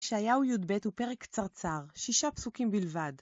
ישעיהו יב' הוא פרק קצרצר, שישה פסוקים בלבד.